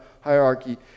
hierarchy